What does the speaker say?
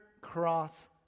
cross